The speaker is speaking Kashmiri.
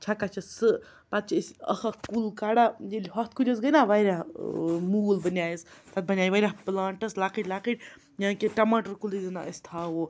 چھَکان چھِ سُہ پَتہٕ چھِ أسۍ اکھ اکھ کُل کَڑان ییٚلہِ ہۄتھ کُلِس گٔے نا واریاہ ٲں موٗل بَنیٛایِس تَتھ بَنیٛاے واریاہ پٕلانٛٹٕس لۄکٕٹۍ لۄکٕٹۍ یعنی کہِ ٹَماٹَر کُلٕے زَن أسۍ تھاوو